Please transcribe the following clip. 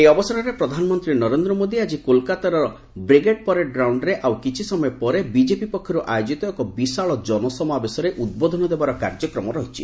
ଏହି ଅବସରରେ ପ୍ରଧାନମନ୍ତ୍ରୀ ନରେନ୍ଦ୍ର ମୋଦି ଆଜି କୋଲକାତାର ବ୍ରିଗ୍ରେଡ୍ ପରେଡ ଗ୍ରାଉଣ୍ଡରେ ଆଉ କିଛି ସମୟ ପରେ ବିଜେପି ପକ୍ଷରୁ ଆୟୋଜିତ ଏକ ବିଶାଳ ଜନସମାବେଶରେ ଉଦ୍ବୋଧନ ଦେବାର କାର୍ଯ୍ୟକ୍ରମ ରହିଛି